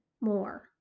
more